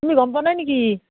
তুমি গম পোৱা নাই নেকি